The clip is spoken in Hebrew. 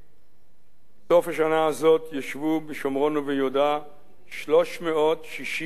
בסוף השנה הזאת ישבו בשומרון וביהודה 360,000 יהודים,